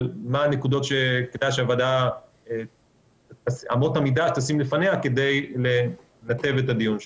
מה אמות המידה שכדאי שהוועדה תשים לפניה כדי לנתב את הדיון שלה.